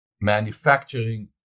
manufacturing